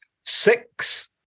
six